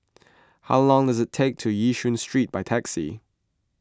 how long does it take to Yishun Street by taxi